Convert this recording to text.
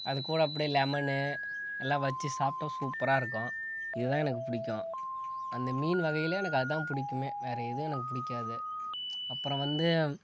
அதுக்கூட அப்டி லெமன் எல்லாம் வச்சு சாப்பிட்டா சூப்பராக இருக்கும் இதலான் எனக்கு பிடிக்கும் அந்த மீன் வகையில் எனக்கு அதுதான் பிடிக்குமே வேறே எதுவும் எனக்கு பிடிக்காது அப்புறம் வந்து